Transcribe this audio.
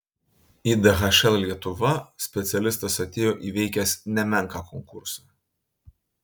į dhl lietuva specialistas atėjo įveikęs nemenką konkursą